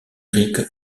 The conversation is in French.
lyrique